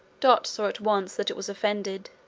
dot saw at once that it was offended,